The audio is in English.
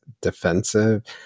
defensive